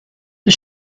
the